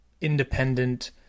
independent